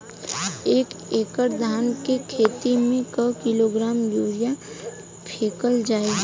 एक एकड़ धान के खेत में क किलोग्राम यूरिया फैकल जाई?